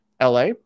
LA